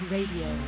Radio